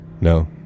No